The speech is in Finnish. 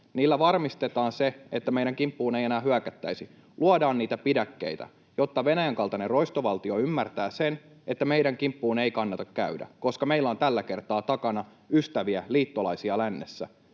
Niillä varmistetaan se, että meidän kimppuun ei enää hyökättäisi, luodaan niitä pidäkkeitä, jotta Venäjän kaltainen roistovaltio ymmärtää sen, että meidän kimppuun ei kannata käydä, koska meillä on tällä kertaa takana ystäviä, liittolaisia lännessä.